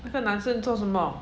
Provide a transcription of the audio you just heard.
那个男生做什么